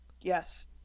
yes